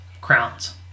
crowns